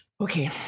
okay